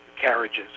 carriages